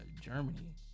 Germany